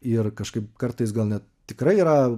ir kažkaip kartais gal net tikrai yra